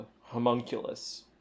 homunculus